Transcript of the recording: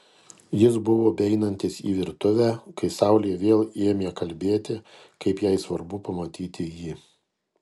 jis buvo beeinantis į virtuvę kai saulė vėl ėmė kalbėti kaip jai svarbu pamatyti jį